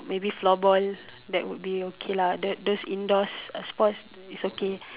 maybe floorball that would be okay lah the those indoors sports is okay